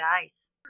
guys